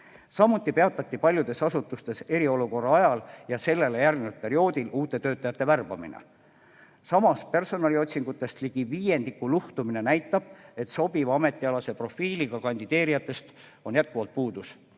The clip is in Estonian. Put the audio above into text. Samuti peatati paljudes asutustes eriolukorra ajal ja sellele järgnenud perioodil uute töötajate värbamine. Samas, personaliotsingutest ligi viiendiku luhtumine näitab, et sobiva ametialase profiiliga kandideerijatest on jätkuvalt puudus